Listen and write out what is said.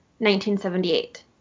1978